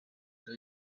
der